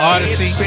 Odyssey